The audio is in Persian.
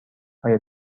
آیا